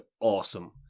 awesome